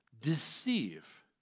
deceive